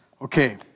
Okay